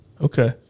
Okay